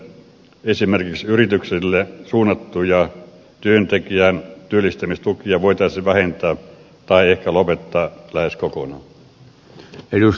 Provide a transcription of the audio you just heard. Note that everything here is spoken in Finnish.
esimerkiksi yrityksille suunnattuja työntekijän työllistämistukia voitaisiin vähentää tai ehkä lopettaa ne lähes kokonaan